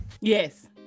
Yes